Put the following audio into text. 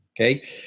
okay